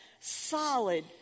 solid